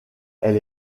elle